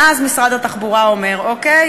ואז משרד התחבורה אומר: אוקיי,